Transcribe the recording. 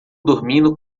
dormindo